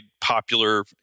popular